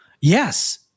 yes